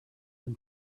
them